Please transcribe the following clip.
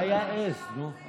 זה היה עז, נו.